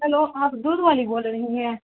hello آپ دودھ والی بول رہی ہیں